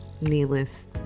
Needless